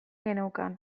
geneukan